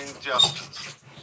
justice